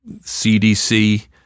CDC